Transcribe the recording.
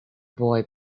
boy